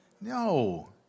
No